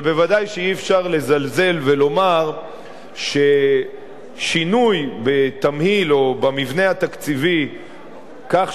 אבל ודאי שאי-אפשר לזלזל ולומר ששינוי בתמהיל או במבנה התקציבי כך